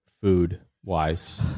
food-wise